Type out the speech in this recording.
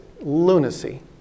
lunacy